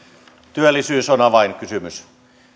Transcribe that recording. työllisyys on avainkysymys